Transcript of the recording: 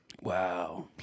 Wow